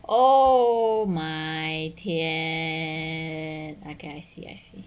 oh my 天 okay I see I see